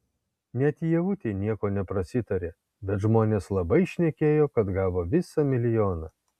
net ievutei nieko neprasitarė bet žmonės labai šnekėjo kad gavo visą milijoną